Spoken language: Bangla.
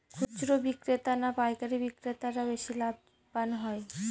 খুচরো বিক্রেতা না পাইকারী বিক্রেতারা বেশি লাভবান হয়?